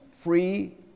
free